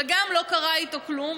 וגם לא קרה איתו כלום,